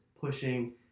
pushing